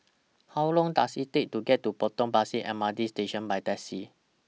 How Long Does IT Take to get to Potong Pasir M R T Station By Taxi